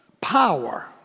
power